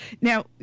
now